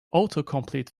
autocomplete